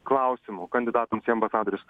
klausimų kandidatams į ambasadorius